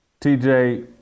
TJ